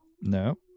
No